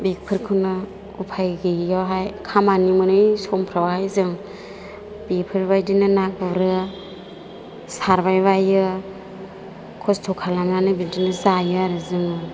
बेफोरखौनो उफाय गैयिआवहाय खामानि मोनै समफ्रावहाय जों बेफोरबायदिनो ना गुरो सारबाय बायो खस्थ' खालामनानै बिदिनो जायो आरो जोङो